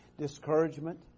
discouragement